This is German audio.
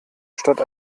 statt